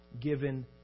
given